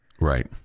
Right